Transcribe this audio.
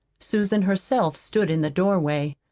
susan herself stood in the doorway.